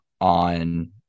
on